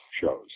shows